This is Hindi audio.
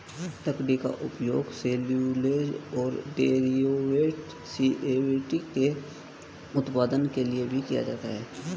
लकड़ी का उपयोग सेल्यूलोज और डेरिवेटिव एसीटेट के उत्पादन के लिए भी किया जाता है